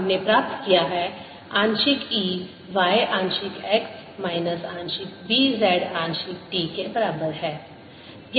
हमने प्राप्त किया है आंशिक E y आंशिक x माइनस आंशिक B z आंशिक t के बराबर है